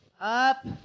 up